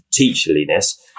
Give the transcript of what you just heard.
teacherliness